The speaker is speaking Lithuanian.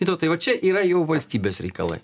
vytautai va čia yra jau valstybės reikalai